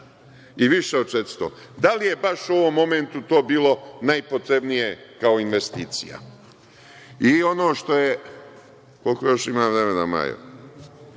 i više od 400. Da li je baš u ovom momentu to bilo najpotrebnije, kao investicija? I ono što je…Koliko još imam vremena, Majo?